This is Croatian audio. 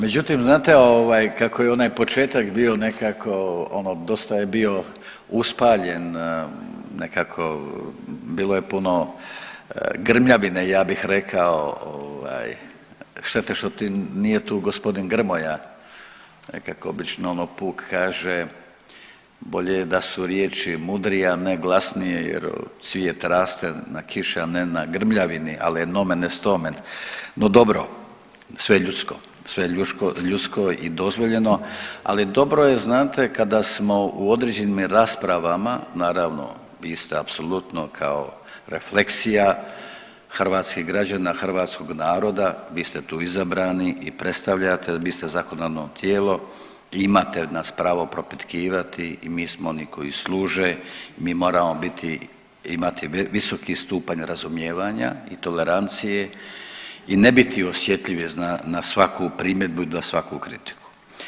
Međutim, znate ovaj kako je onaj početak bio nekako ono dosta je bio uspaljen, nekako bilo je puno grmljavine ja bih rekao ovaj šteta što nije tu gospodin Grmoja nekako obično ono puk kaže bolje je da su riječi mudrije, a ne glasnije jer cvijet raste na kiši, a ne na grmljavini ali je nomen est omen, no dobro sve je ljudsko, sve je ljudsko i dozvoljeno, ali dobro je znate kada smo u određenim raspravama, naravno vi ste apsolutno kao refleksija hrvatskih građana, hrvatskog naroda, vi ste tu izabrani i predstavljate jer vi ste zakonodavno tijelo i imate nas pravo propitkivati i mi smo oni koji služe i moramo biti imati visoki stupanj razumijevanja i tolerancije i ne biti osjetljivi na svaku primjedbu i na svaku kritiku.